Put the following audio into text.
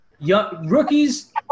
rookies